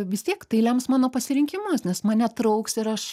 vis tiek tai lems mano pasirinkimus nes mane trauks ir aš